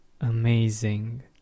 amazing